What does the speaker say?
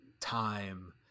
time